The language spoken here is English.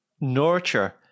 nurture